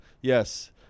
yes